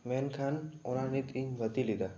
ᱢᱮᱱᱠᱷᱟᱱ ᱚᱱᱟ ᱱᱤᱛ ᱤᱧ ᱵᱟᱹᱛᱤᱞ ᱮᱫᱟ